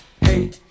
Hey